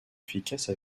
efficace